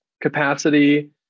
capacity